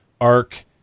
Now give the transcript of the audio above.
ARC